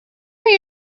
very